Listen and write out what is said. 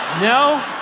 No